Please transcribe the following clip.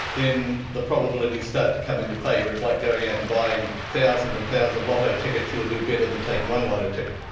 then the probabilities start to come in your favour. it's like going out and buying thousands and thousands of lotto tickets, you'll do better than taking one lotto ticket.